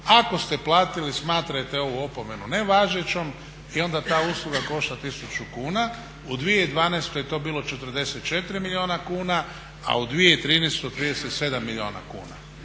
ako ste platiti smatrajte ovu opomenu nevažećom i onda ta usluga košta 1000 kuna. U 2012. je to bilo 44 milijuna kuna a u 2013. 37 milijuna kuna.